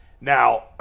Now